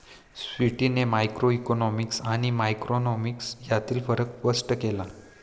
स्वीटीने मॅक्रोइकॉनॉमिक्स आणि मायक्रोइकॉनॉमिक्स यांतील फरक स्पष्ट केला